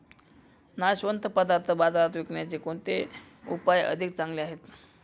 नाशवंत पदार्थ बाजारात विकण्याचे कोणते उपाय अधिक चांगले आहेत?